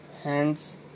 hands